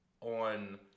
on